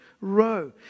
row